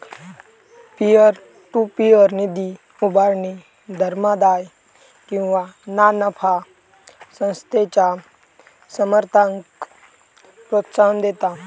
peer to peer निधी उभारणी धर्मादाय किंवा ना नफा संस्थेच्या समर्थकांक प्रोत्साहन देता